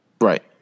Right